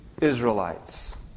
Israelites